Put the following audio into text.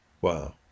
Wow